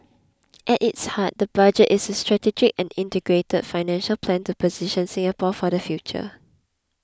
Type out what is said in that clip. at its heart the budget is a strategic and integrated financial plan to position Singapore for the future